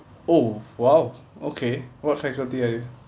oh !wow! okay what faculty are you